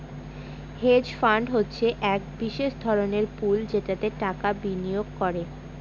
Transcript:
hedge fund হচ্ছে এক বিশেষ ধরনের পুল যেটাতে টাকা বিনিয়োগ করে